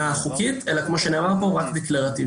חוקית אלא כמו שנאמר כאן רק דקלרטיבית.